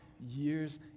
years